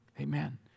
Amen